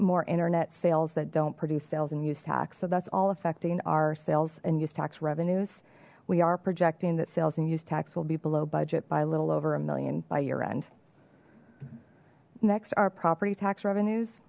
more internet sales that don't produce sales and use tax so that's all affecting our sales and use tax revenues we are projecting that sales and use tax will be below budget by a little over a million by year end next our property tax revenues